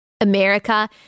America